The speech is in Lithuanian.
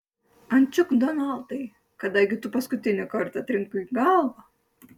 ančiuk donaldai kada gi tu paskutinį kartą trinkai galvą